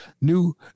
new